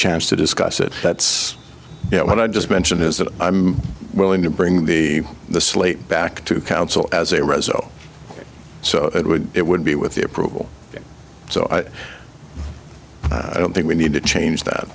chance to discuss it that's what i just mentioned is that i'm willing to bring the slate back to council as a result so it would it would be with the approval so i don't think we need to change that